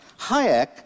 Hayek